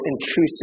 intrusive